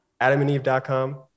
AdamandEve.com